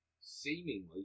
seemingly